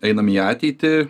einam į ateitį